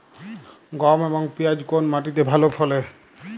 গম এবং পিয়াজ কোন মাটি তে ভালো ফলে?